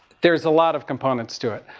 there is a lot of components to it.